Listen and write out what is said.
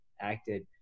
acted